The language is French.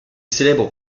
célèbre